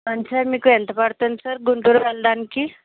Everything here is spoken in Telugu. సార్ మీకు ఎంత పడుతుంది సార్ గుంటూరు వెళ్ళడానికి